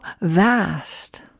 vast